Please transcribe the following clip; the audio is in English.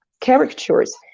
caricatures